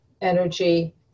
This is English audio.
energy